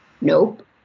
Nope